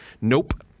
nope